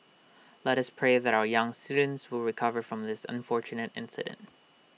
let us pray that our young students will recover from this unfortunate incident